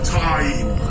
time